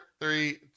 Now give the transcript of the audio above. three